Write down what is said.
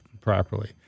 properly